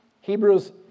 Hebrews